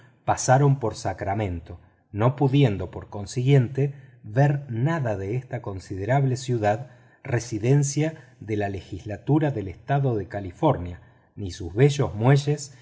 pasaron por sacramento no pudiendo por consiguiente ver nada de esta gran ciudad residencia de la legislatura del estado de california ni sus bellos muelles